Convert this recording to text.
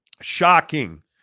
Shocking